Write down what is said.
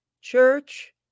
Church